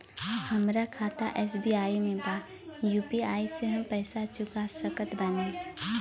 हमारा खाता एस.बी.आई में बा यू.पी.आई से हम पैसा चुका सकत बानी?